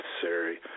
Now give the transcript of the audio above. necessary